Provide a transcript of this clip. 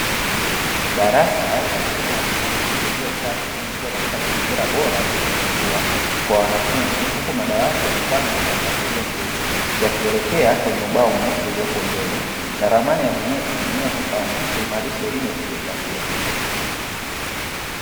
Darasa la shule ya msingi lililosafi likiwa katika mazingira bora kujifunza kwa wanafunzi, huku madawati yamepangwa kwa mpangilio mzuri yakielekea kwenye ubao mweusi uliopo mbele na ramani ya dunia ikining'inia ukutani kuimarisha elimu ya kijografia.